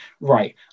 right